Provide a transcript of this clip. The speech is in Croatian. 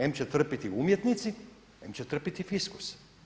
Em će trpjeti umjetnici, em će trpiti fiskus.